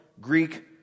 Greek